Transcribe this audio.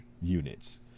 units